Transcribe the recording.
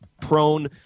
prone